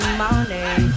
money